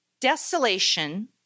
Desolation